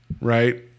right